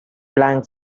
blank